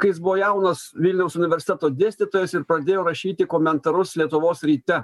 kai jis buvo jaunas vilniaus universiteto dėstytojas ir pradėjo rašyti komentarus lietuvos ryte